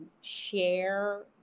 share